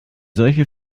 solche